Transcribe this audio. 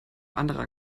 anderer